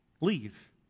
Leave